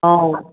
অঁ